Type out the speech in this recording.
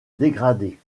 dégradé